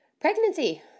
pregnancy